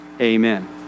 Amen